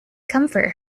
comfort